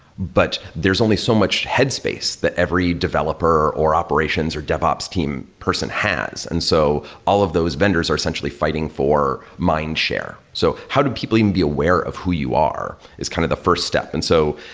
but there's only so much headspace that every developer or operations or dev ops team person has been. and so all of those vendors are essentially fighting for mindshare. so, how do people even be aware of who you are is kind of the first step. and so,